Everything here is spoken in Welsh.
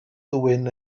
ddwyn